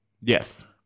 Yes